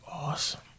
awesome